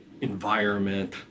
environment